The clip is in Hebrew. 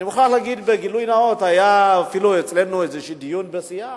אני מוכרח להגיד בגילוי נאות: התקיים אצלנו דיון בסיעה